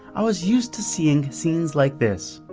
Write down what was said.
i was used to seeing scenes like this.